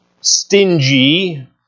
stingy